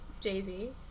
Jay-Z